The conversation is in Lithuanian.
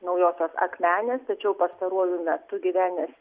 naujosios akmenės tačiau pastaruoju metu gyvenęs